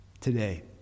Today